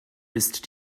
ist